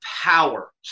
power